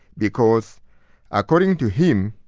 because according to him,